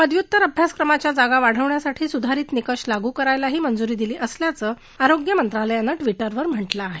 पदव्युत्तर अभ्यासक्रमाच्या जागा वाढवण्यासाठी सुधारीत निकष लागू करायलाही मंजुरी दिली असल्याचं आरोग्य मंत्रालयानं ट्विटरवर म्हटलं आहे